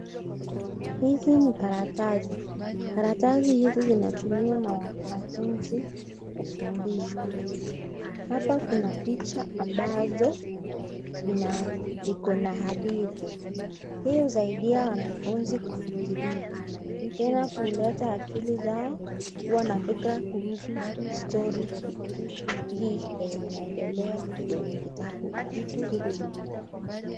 Hizi ni karatasi karatasi hizi zinatumiwa na wanafunzi kufundishwa. Hapa una picha ambazo Iko na hadithi. Hii husaidia wanafunzi kufikiria tena kuleta akili zao kuwa na fikra kuhusu story hii yenye inaendelea kwenye kitabu hiki.